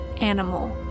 Animal